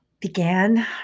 began